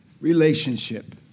relationship